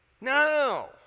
No